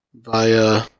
via